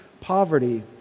poverty